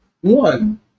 One